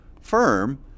firm